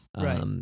Right